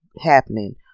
happening